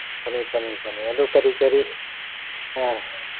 ꯐꯅꯤ ꯐꯅꯤ ꯐꯅꯤ ꯑꯗꯨ ꯀꯔꯤ ꯀꯔꯤ ꯑ